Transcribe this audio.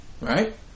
Right